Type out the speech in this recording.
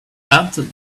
add